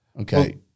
Okay